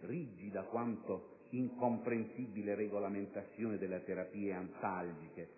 rigida quanto incomprensibile regolamentazione delle terapie antalgiche,